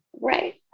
Right